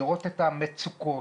מטפלים במצוקות.